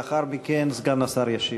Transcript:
לאחר מכן סגן השר ישיב.